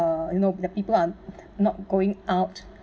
uh you know the people are not going out